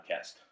podcast